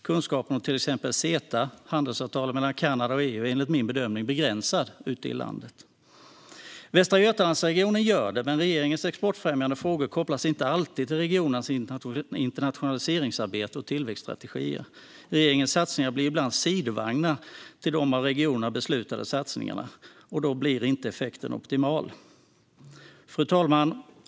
Kunskapen om till exempel CETA, handelsavtalet mellan Kanada och EU, är enligt min bedömning begränsad ute i landet. Västra Götalandsregionen gör det, men regeringens exportfrämjande frågor kopplas inte alltid till regionernas internationaliseringsarbete och tillväxtstrategier. Regeringens satsningar blir ibland sidovagnar till de av regionerna beslutade satsningarna, och då blir inte effekten optimal. Fru talman!